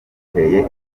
bose